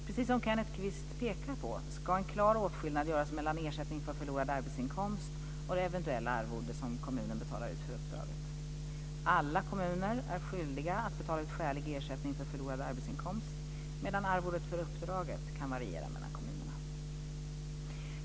Precis som Kenneth Kvist pekar på ska en klar åtskillnad göras mellan ersättning för förlorad arbetsinkomst och det eventuella arvode som kommunen betalar ut för uppdraget. Alla kommuner är skyldiga att betala ut skälig ersättning för förlorad arbetsinkomst, medan arvodet för uppdraget kan variera mellan kommunerna.